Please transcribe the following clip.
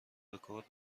رکورد